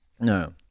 no